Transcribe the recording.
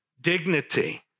dignity